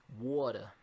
Water